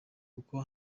kuko